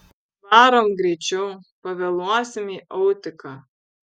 varom greičiau pavėluosim į autiką